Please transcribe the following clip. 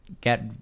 get